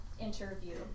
interview